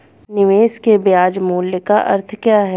निवेश के ब्याज मूल्य का अर्थ क्या है?